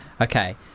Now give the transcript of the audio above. okay